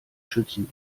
schützen